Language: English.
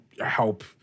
help